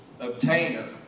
obtainer